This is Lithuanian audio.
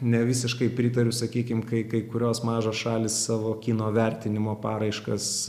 ne visiškai pritariu sakykim kai kai kurios mažos šalys savo kino vertinimo paraiškas